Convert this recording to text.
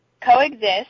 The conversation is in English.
Coexist